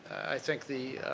i think the